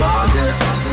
Modest